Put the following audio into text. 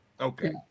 Okay